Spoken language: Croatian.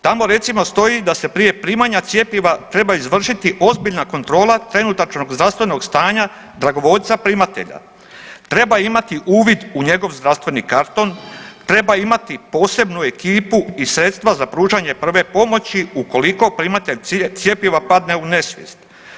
Tamo recimo stoji da se prije primanja cjepiva treba izvršiti ozbiljna kontrola trenutačnog zdravstvenog stanja dragovoljca primatelja, treba imati uvid u njegov zdravstveni karton, treba imati posebnu ekipu i sredstva za pružanje prve pomoći ukoliko primatelj cjepiva padne u nesvijest.